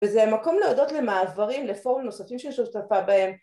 וזה מקום להודות למעברים, לפורום נוספים ששותפה בהם